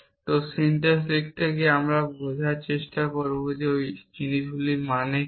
তো সিনট্যাক্স লিখতে গিয়ে আমরা বোঝার চেষ্টা করব ওই জিনিসগুলোর মানে কী